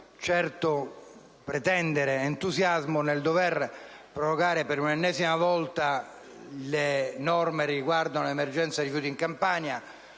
certo pretendere entusiasmo nel dover prorogare per un'ennesima volta le norme riguardanti l'emergenza dei rifiuti in Campania,